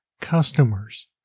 customers